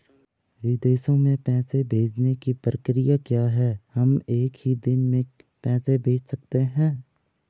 विदेशों में पैसे भेजने की प्रक्रिया क्या है हम एक ही दिन में पैसे भेज सकते हैं?